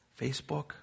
Facebook